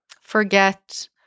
forget